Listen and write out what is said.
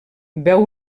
veu